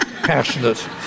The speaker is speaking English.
passionate